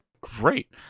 Great